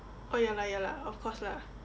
oh ya lah ya lah of course lah